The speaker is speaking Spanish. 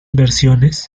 versiones